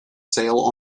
sale